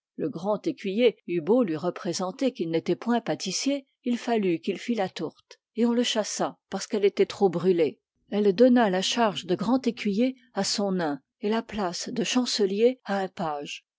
le grand écuyer eut beau lui représenter qu'il n'était point pâtissier il fallut qu'il fît la tourte et on le chassa parcequ'elle était trop brûlée elle donna la charge de grand écuyer à son nain et la place de chancelier à un page